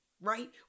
right